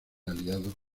aliados